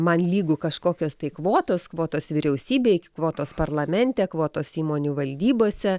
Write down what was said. man lygu kažkokios tai kvotos kvotos vyriausybėj kvotos parlamente kvotos įmonių valdybose